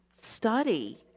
study